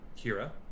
Kira